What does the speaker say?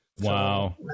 Wow